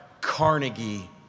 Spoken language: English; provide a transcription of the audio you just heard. Carnegie